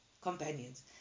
companions